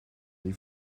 die